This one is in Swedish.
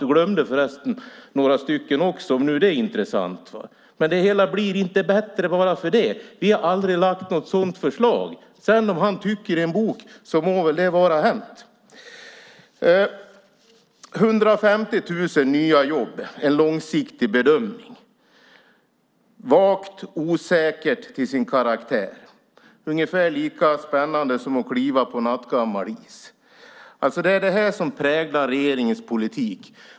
Du glömde förresten några stycken, om nu det är intressant. Det hela blir inte bättre för det. Vi har aldrig lagt fram något sådant förslag. Om han sedan tycker någonting i en bok må det vara hänt. Det talades om 150 000 nya jobb i en långsiktig bedömning. Det är vagt och osäkert till sin karaktär. Det är ungefär lika spännande som att kliva på nattgammal is. Det är vad som präglar regeringens politik.